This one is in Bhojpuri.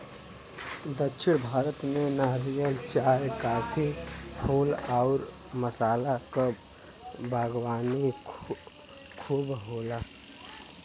दक्षिण भारत में नारियल, चाय, काफी, फूल आउर मसाला क बागवानी खूब होला